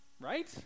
Right